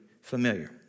familiar